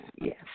yes